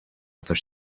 other